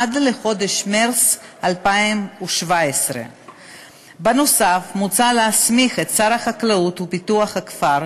עד חודש מרס 2017. נוסף על כך מוצע להסמיך את שר החקלאות ופיתוח הכפר,